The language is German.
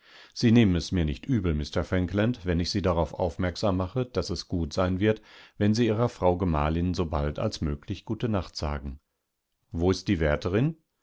sie nehmen es mir nicht übel mr frankland wenn ich sie darauf aufmerksam mache daß es gut sein wird wenn sie ihrer frau gemahlin sobald als möglichgutenachtsagen woistdiewärterin